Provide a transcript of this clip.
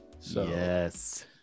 Yes